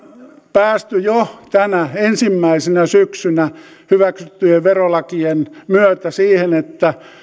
päästy jo tänä ensimmäisenä syksynä hyväksyttyjen verolakien myötä siihen että